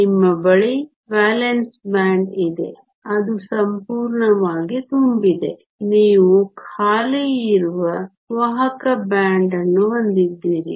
ನಿಮ್ಮ ಬಳಿ valence band ಇದೆ ಅದು ಸಂಪೂರ್ಣವಾಗಿ ತುಂಬಿದೆ ನೀವು ಖಾಲಿ ಇರುವ ವಾಹಕ ಬ್ಯಾಂಡ್ ಅನ್ನು ಹೊಂದಿದ್ದೀರಿ